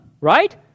right